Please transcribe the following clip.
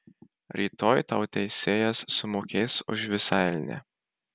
rytoj tau teisėjas sumokės už visą elnią